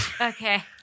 Okay